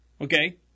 Okay